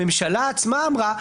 הממשלה עצמה אמרה,